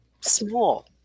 small